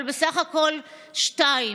אבל בסך הכול שתיים.